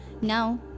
now